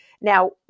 Now